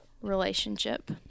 relationship